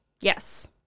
Yes